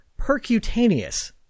percutaneous